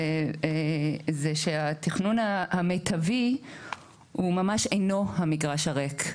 זה שהתכנון המיטבי הוא ממש אינו המגרש הריק.